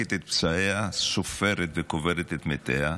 מלקקת את פצעיה, סופרת וקוברת את מתיה.